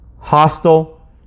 hostile